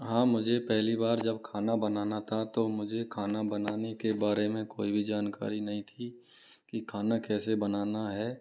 हाँ मुझे पहली बार जब खाना बनाना था तो मुझे खाना बनाने के बारे में कोई भी जानकारी नहीं थी कि खाना कैसे बनाना है